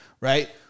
right